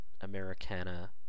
Americana